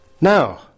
Now